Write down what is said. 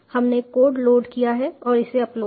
हमने code load किया और इसे अपलोड किया